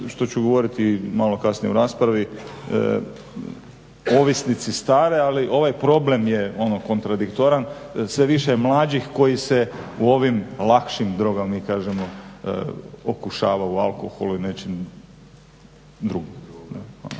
što ću govoriti malo kasnije u raspravi, ovisnici stare ali ovaj problem je ono kontradiktoran, sve više je mlađih koji se u ovim lakšim drogama mi kažemo okušava, u alkoholu i nečem drugom. Hvala.